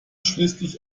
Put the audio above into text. schließlich